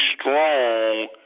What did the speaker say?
strong